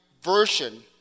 version